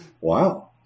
Wow